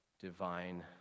divine